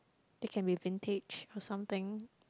it can be vintage or something